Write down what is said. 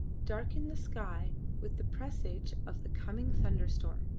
darkened the sky with the presage of the coming thunderstorm.